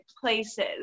places